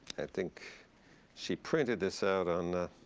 i think she printed this out on a